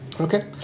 Okay